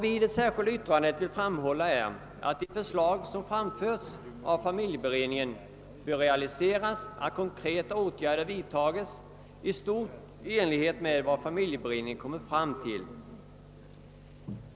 I det särskilda yttrandet framhåller vi emellertid att de förslag som framförts av familjeberedningen bör realiseras och att konkreta åtgärder bör vidtas i stort sett i enlighet med familjeberedningens förslag.